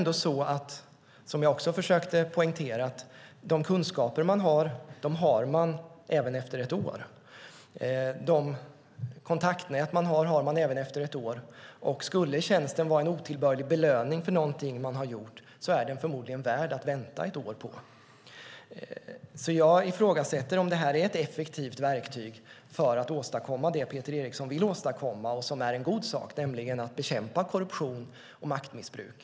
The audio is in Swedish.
De kunskaper man har finns kvar även efter ett år. De kontaktnät man har finns också kvar efter ett år. Skulle tjänsten vara en otillbörlig belöning för något man har gjort är den förmodligen värd att vänta ett år på. Jag ifrågasätter alltså om detta är ett effektivt verktyg för att åstadkomma det som Peter Eriksson vill åstadkomma och som är en god sak, nämligen att bekämpa korruption och maktmissbruk.